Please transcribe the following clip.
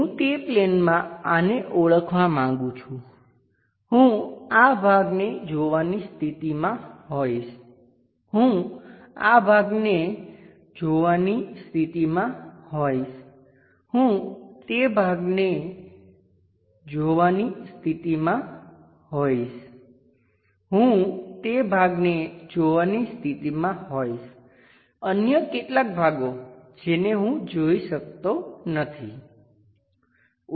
હું તે પ્લેનમાં આને ઓળખવા માંગુ છું હું આ ભાગને જોવાની સ્થિતિમાં હોઈશ હું આ ભાગને જોવાની સ્થિતિમાં હોઈશ હું તે ભાગને જોવાની સ્થિતિમાં હોઈશ હું તે ભાગને જોવાની સ્થિતિમાં હોઈશ અન્ય કેટલાક ભાગો જેને હું જોઈ શકતો નથી